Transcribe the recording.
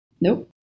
Nope